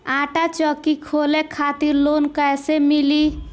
आटा चक्की खोले खातिर लोन कैसे मिली?